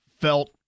felt –